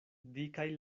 dikaj